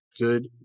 good